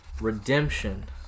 redemption